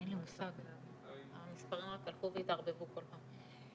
אין לי מושג, המספרים רק הלכו והתערבבו כל פעם.